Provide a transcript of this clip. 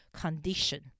condition